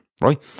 right